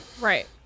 right